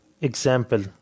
example